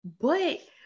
but-